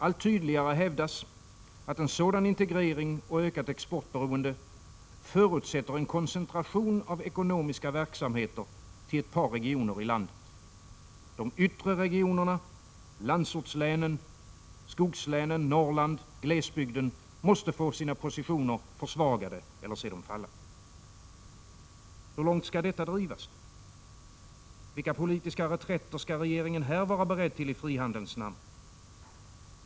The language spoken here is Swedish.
Allt tydligare hävdas att en sådan integrering och ökat exportberoende förutsätter en koncentration av ekonomiska verk samheter till ett par regioner i landet. De yttre regionerna, landsortslänen, Prot. 1986/87:47 skogslänen, Norrland, glesbygden, måste få sina positioner försvagade eller 11 december 1986 se dem falla. SE ESSEN: Hur långt skall detta drivas? Vilka politiska reträtter skall regeringen här — Utrikeshandelsvara beredd till i frihandelns namn?